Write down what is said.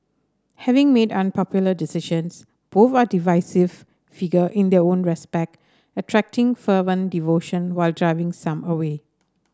having made unpopular decisions both are divisive figure in their own respect attracting fervent devotion while driving some away